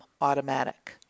automatic